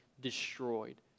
destroyed